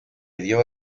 dio